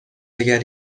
اگر